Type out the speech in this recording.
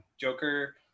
Joker